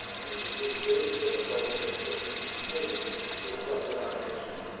and it was with the greatest difficulty that he could be persuaded to accept the nomination.